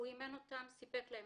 שגורלם נחרץ,